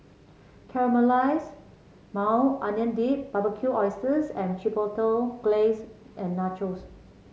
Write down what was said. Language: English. Caramelized Maui Onion Dip Barbecued Oysters with Chipotle Glaze and Nachos